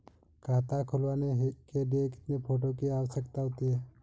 खाता खुलवाने के लिए कितने फोटो की आवश्यकता होती है?